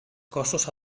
cossos